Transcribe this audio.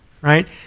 right